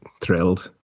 thrilled